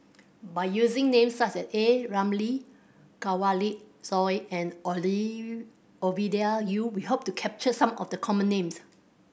by using names such as A Ramli Kanwaljit Soin and Oli Ovidia Yu we hope to capture some of the common names